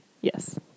Yes